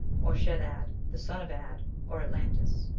or shed-ad, the son of ad, or atlantis.